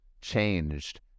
changed